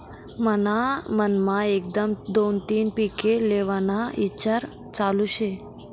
मन्हा मनमा एकदम दोन तीन पिके लेव्हाना ईचार चालू शे